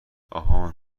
آهان